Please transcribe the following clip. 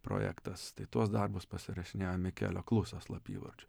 projektas tai tuos darbus pasirašinėjo mikelio klusio slapyvardžiu